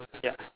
ya